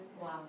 Wow